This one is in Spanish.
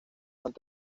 antes